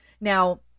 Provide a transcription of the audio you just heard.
Now